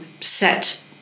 set